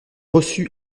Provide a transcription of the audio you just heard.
reçu